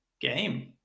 game